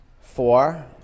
Four